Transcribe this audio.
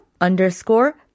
underscore